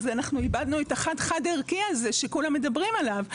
אז אנחנו איבדנו את החד-חד ערכי הזה שכולם מדברים עליו.